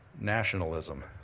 nationalism